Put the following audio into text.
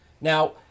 Now